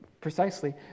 precisely